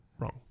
wrong